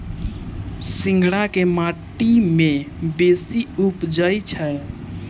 सिंघाड़ा केँ माटि मे बेसी उबजई छै?